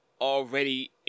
already